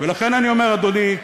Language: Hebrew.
לכן אני אומר, אדוני,